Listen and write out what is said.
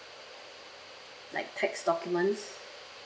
like tax documents